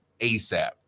ASAP